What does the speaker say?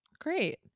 Great